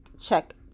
check